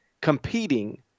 competing